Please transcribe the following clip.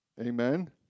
Amen